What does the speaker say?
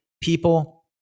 people